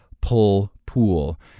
pull-pool